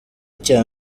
cya